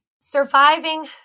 surviving